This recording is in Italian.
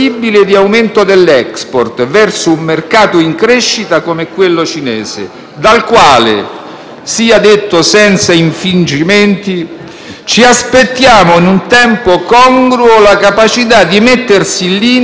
sia detto senza infingimenti - ci aspettiamo, in un tempo congruo, la capacità di mettersi in linea con i migliori *standard* europei in tema di equa concorrenza e garanzie sul lavoro.